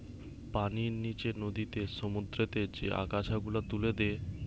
পানির নিচে নদীতে, সমুদ্রতে যে আগাছা গুলা তুলে দে